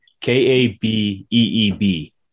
K-A-B-E-E-B